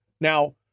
Now